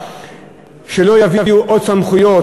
שלא יביאו עוד סמכויות.